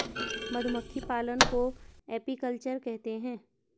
मधुमक्खी पालन को एपीकल्चर कहते है